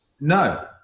no